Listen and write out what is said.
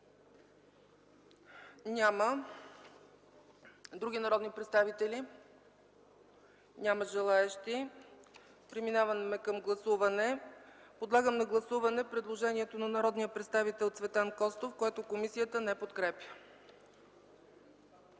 Няма. Други народни представители? Няма желаещи. Подлагам на гласуване предложението на народния представител Цветан Костов, което комисията не подкрепя.